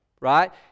right